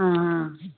हाँ हाँ